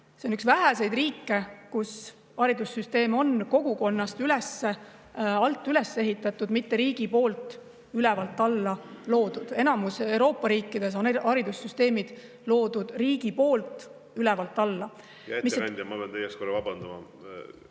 See on üks väheseid riike, kus haridussüsteem on kogukonnast alt üles ehitatud, mitte riigi poolt ülevalt alla loodud. Enamikus Euroopa riikides on haridussüsteemid loodud riigi poolt ülevalt alla. Hea ettekandja, ma pean teie ees vabandama.